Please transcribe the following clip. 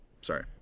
sorry